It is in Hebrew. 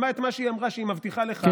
שמע את מה שהיא אמרה שהיא מבטיחה לך,